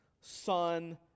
Son